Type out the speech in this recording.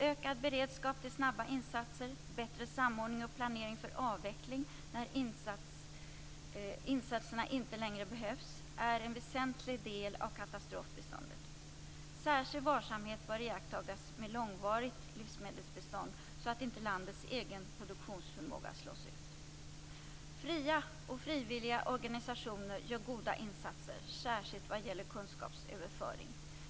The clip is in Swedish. Ökad beredskap till snabba insatser, bättre samordning och planering för avveckling när insatserna inte längre behövs är en väsentlig del av katastrofbiståndet. Särskild varsamhet bör iakttas med långvarigt livsmedelsbistånd, så att inte landets egen produktionsförmåga slås ut. Fria och frivilliga organisationer gör goda insatser, särskilt vad gäller kunskapsöverföring.